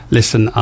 Listen